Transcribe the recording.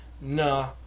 nah